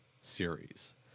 series